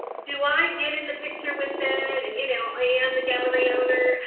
do i get in the picture with it? and you know i am the gallery owner.